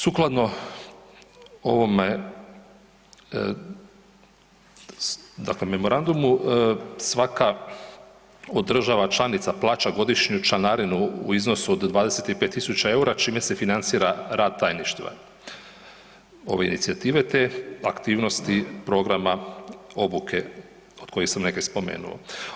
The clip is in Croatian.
Sukladno ovome dakle memorandumu svaka od država članica plaća godišnju članarinu u iznosu od 25.000 EUR-a čime se financira rad tajništva ove inicijative te aktivnosti programa obuke od koje sam neke spomenuo.